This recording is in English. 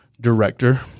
director